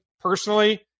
personally